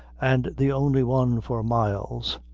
and the only one for miles,